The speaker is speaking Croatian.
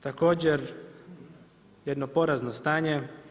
Također jedno porazno stanje.